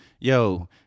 Yo